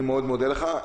אני מאוד מודה לך.